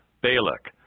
Balak